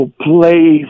play